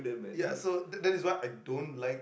ya so that is what I don't like